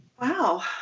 Wow